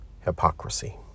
hypocrisy